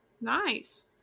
Nice